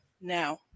now